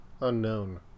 unknown